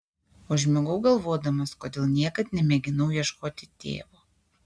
užmigau galvodamas kodėl niekad nemėginau ieškoti tėvo